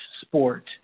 sport